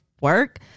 work